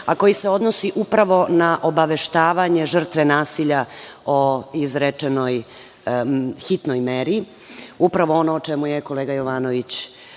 a koji se odnosi upravo na obaveštavanje žrtve nasilja o izrečenoj hitnoj meri, upravo ono o čemu je kolega Jovanović